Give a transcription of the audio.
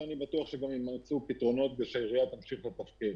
ואני בטוח שגם יימצאו פתרונות והעירייה תמשיך לתפקד.